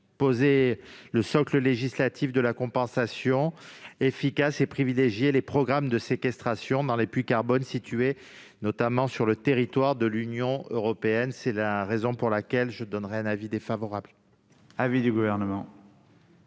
fixer le socle législatif d'une compensation efficace en privilégiant les programmes de séquestration dans les puits de carbone situés notamment au sein de l'Union européenne. C'est la raison pour laquelle j'émets un avis défavorable sur cet amendement.